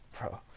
Bro